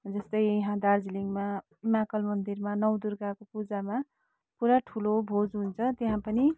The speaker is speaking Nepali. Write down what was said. जस्तै यहाँ दार्जिलिङमा महाकाल मन्दिरमा नौ दुर्गाको पूजामा पुरा ठुलो भोज हुन्छ त्यहाँ पनि